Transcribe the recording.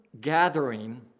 gathering